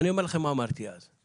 אני אומר לכם מה אמרתי אז.